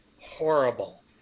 horrible